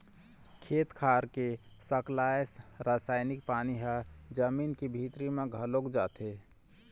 खेत खार के सकलाय रसायनिक पानी ह जमीन के भीतरी म घलोक जाथे